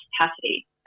capacity